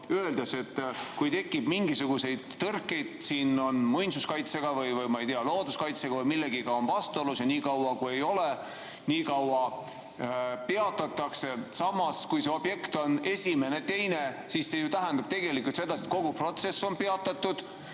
ütlesite, et kui tekib mingisuguseid tõrkeid – on miski muinsuskaitsega või, ma ei tea, looduskaitsega või millegi muuga vastuolus –, siis niikaua, kui ei ole [kõik korras], asi peatatakse. Samas, kui see objekt on esimene või teine, siis see ju tähendab tegelikult seda, et kogu protsess on peatatud.